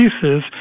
pieces